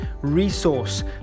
resource